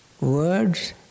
words